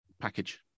package